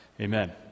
Amen